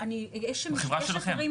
בחברה שלכם?